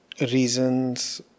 reasons